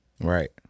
right